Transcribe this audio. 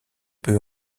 peu